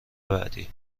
بعدی